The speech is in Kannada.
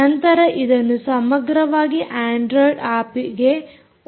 ನಂತರ ಇದನ್ನು ಸಮಗ್ರವಾಗಿ ಅಂಡ್ರೊಯಿಡ್ ಆಪ್ಗೆ ಒದಗಿಸಬಹುದು